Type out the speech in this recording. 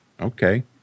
Okay